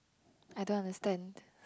I don't understand